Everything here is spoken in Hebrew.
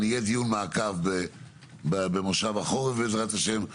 יהיה דיון מעקב במושב החורף בעזרת השם.